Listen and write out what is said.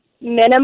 minimum